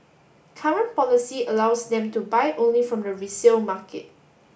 current policy allows them to buy only from the resale market